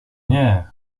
nie